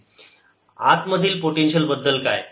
rRVr0r0Rr2dr4πρR34π×30r14π0Qr आतमधील पोटेन्शिअल बद्दल काय